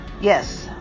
yes